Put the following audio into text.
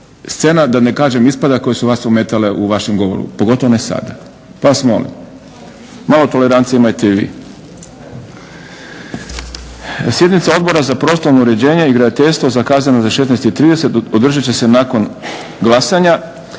scena, da ne kažem ispada koje su vas ometale u vašem govoru pogotovo ne sada, pa vas molim. Malo tolerancije imajte i vi. Sjednica Odbora za prostorno uređenje i graditeljstvo zakazana za 16,30 održat će se nakon glasanja.